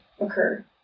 occur